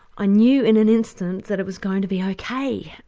i knew in an instance that it was going to be ok,